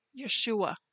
Yeshua